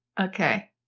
Okay